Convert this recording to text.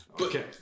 okay